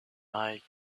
night